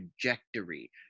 trajectory